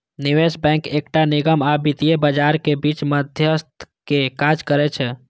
निवेश बैंक एकटा निगम आ वित्तीय बाजारक बीच मध्यस्थक काज करै छै